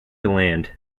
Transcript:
land